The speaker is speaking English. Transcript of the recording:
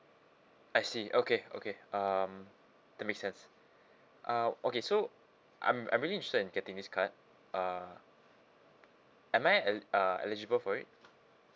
I see okay okay um that make sense uh okay so I'm I'm really interested in getting this card uh am I el~ uh eligible for it